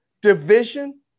Division